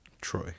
troy